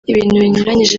binyuranyije